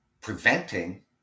Preventing